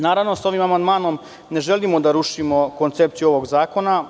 Naravno, sa ovim amandmanom ne želimo da rušimo koncepciju ovog zakona.